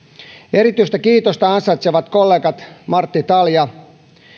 erityistä kiitosta ansaitsevat kollegat martti talja